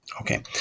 okay